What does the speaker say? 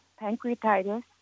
pancreatitis